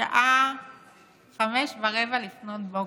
השעה 05:15 לפנות בוקר,